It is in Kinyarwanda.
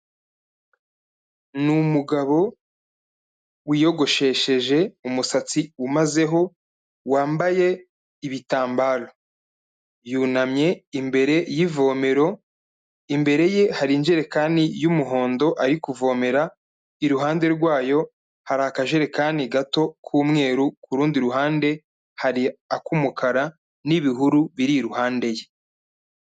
Ni umugabo wiyogoshesheje umusatsi umazeho wambaye ibitambaro, yunamye imbere y'ivomero imbere ye haringirekani y'umuhondo ari kuvomera iruhande rwayo hari akajerekani gato k'umweru kurundi ruhande hari ak'umukara n'ibihuru biri iruhande ye.